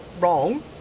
wrong